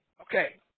Okay